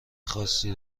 خاصی